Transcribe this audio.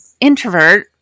introvert